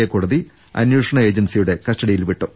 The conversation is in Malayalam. എ കോടതി അന്വേഷണ ഏജൻസിയുടെ കസ്റ്റഡിയിൽ വിട്ടു